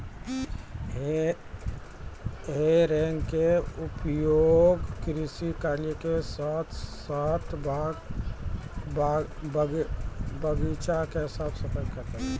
हे रेक के उपयोग कृषि कार्य के साथॅ साथॅ बगीचा के साफ सफाई वास्तॅ भी करलो जाय छै